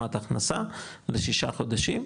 להשלמת הכנסה לשישה חודשים,